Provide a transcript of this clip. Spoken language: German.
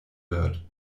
wird